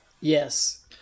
yes